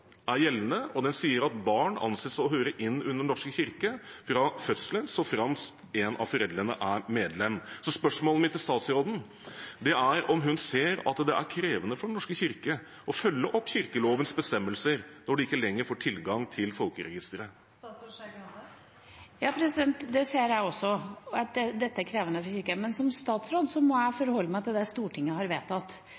er gjeldende, og den sier: «Barn anses å høre inn under Den norske kirke fra fødselen såfremt en av foreldrene er medlem.» Spørsmålet mitt til statsråden er om hun ser at det er krevende for Den norske kirke å følge opp kirkelovens bestemmelser når de ikke lenger får tilgang til folkeregisteret. Jeg ser også at dette er krevende for Kirken, men som statsråd må jeg